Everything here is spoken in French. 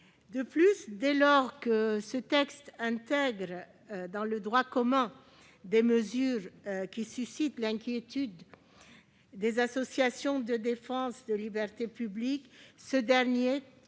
De plus, dès lors qu'il intègre dans le droit commun des mesures qui suscitent l'inquiétude des associations de défense des libertés publiques, ce texte,